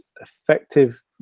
effective